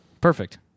Perfect